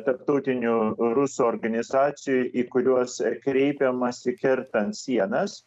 tarptautinių rusų organizacijų į kuriuos kreipiamasi kertant sienas